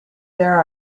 there